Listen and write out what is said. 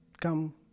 come